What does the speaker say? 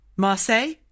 Marseille